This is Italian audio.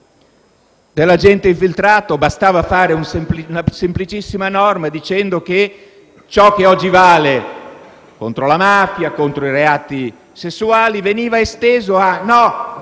dell'agente infiltrato bastava fare una semplicissima norma dicendo che ciò che oggi vale contro la mafia e contro i reati sessuali viene esteso anche